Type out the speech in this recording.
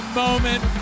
moment